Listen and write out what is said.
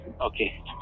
Okay